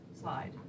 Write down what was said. slide